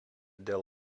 dėl